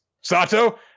Sato